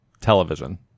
television